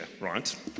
right